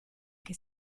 che